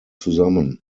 zusammen